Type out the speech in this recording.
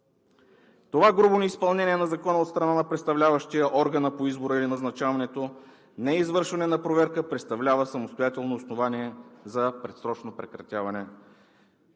Това грубо неизпълнение на закона от страна на представляващия органа по избора или назначаването, неизвършване на проверка, представлява самостоятелно основание за предсрочно освобождаване